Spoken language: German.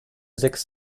sechs